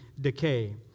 decay